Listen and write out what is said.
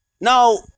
now